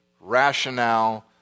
rationale